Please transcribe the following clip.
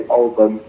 album